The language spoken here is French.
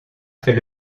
fait